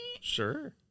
Sure